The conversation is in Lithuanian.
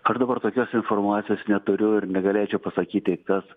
aš dabar tokios informacijos neturiu ir negalėčiau pasakyti kas